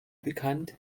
bekannt